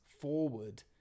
forward